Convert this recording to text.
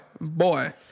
boy